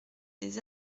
des